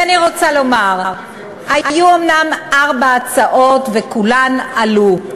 ואני רוצה לומר: היו אומנם ארבע הצעות, וכולן עלו.